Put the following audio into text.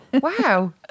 Wow